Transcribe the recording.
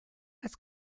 als